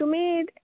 तुमी